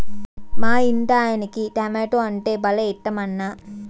మా ఇంటాయనకి టమోటా అంటే భలే ఇట్టమన్నా